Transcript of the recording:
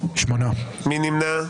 מי נמנע?